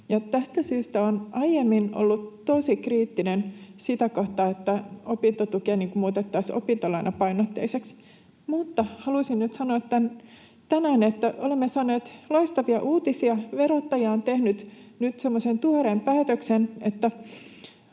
Tästä syystä olen aiemmin ollut tosi kriittinen sitä kohtaan, että opintotukea muutettaisiin opintolainapainotteiseksi. Mutta haluaisin nyt sanoa tänään, että olemme saaneet loistavia uutisia. Verottaja on tehnyt nyt semmoisen tuoreen päätöksen,